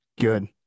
Good